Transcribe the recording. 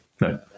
No